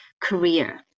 career